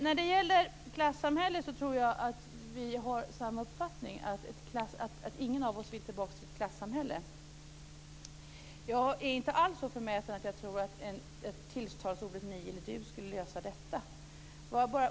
När det gäller klassamhället tror jag att vi har samma uppfattning, nämligen att ingen av oss vill tillbaka till ett klassamhälle. Jag är inte alls så förmäten att jag tror att tilltalsordet ni eller du skulle lösa detta.